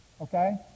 okay